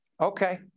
Okay